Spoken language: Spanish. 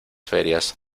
ferias